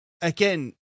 again